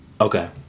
Okay